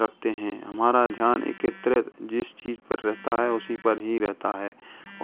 रखते हैं हमारा ध्यान एकत्रित जिस चीज पर रहता है उसी पर ही रहता है